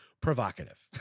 provocative